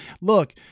Look